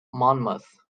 monmouth